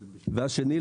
והשני,